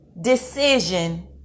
decision